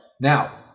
Now